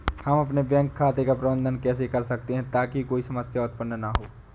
हम अपने बैंक खाते का प्रबंधन कैसे कर सकते हैं ताकि कोई समस्या उत्पन्न न हो?